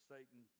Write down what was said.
Satan